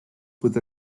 with